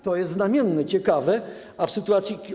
To jest znamienne, ciekawe, a w sytuacji.